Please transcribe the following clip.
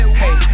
hey